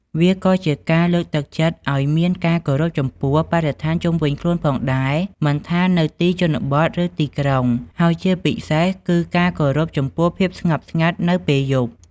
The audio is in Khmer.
វាក៏ជាការលើកទឹកចិត្តឲ្យមានការគោរពចំពោះបរិស្ថានជុំវិញខ្លួនផងដែរ មិនថានៅទីជនបទ ឬទីក្រុង ហើយជាពិសេសគឺការគោរពចំពោះភាពស្ងប់ស្ងាត់នៅពេលយប់។